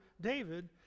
David